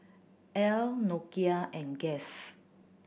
Elle Nokia and Guess